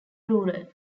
rural